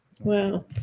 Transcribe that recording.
Wow